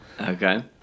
Okay